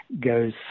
goes